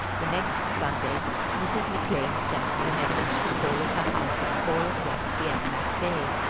the next sunday mrs. mcclean sent me a message to call at her house at four o'clock p m, that day.